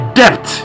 debt